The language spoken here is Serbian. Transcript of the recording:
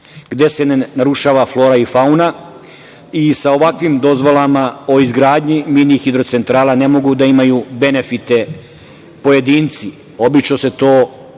gde se ne narušava flora i fauna i sa ovakvim dozvolama o izgradnji mini hidrocentrala ne mogu da imaju benefite pojedinci. Obično su to